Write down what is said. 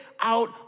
out